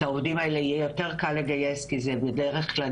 את העובדים האלה יהיה יותר קל לגייס כי זה בדרך כלל